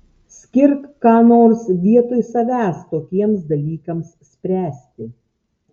skirk ką nors vietoj savęs tokiems dalykams spręsti